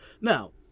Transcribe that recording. Now